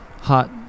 hot